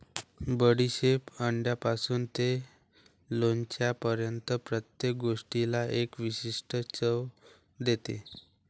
बडीशेप अंड्यापासून ते लोणच्यापर्यंत प्रत्येक गोष्टीला एक विशिष्ट चव देते